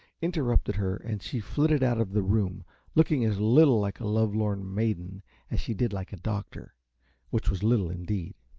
interrupted her, and she flitted out of the room looking as little like a lovelorn maiden as she did like a doctor which was little indeed.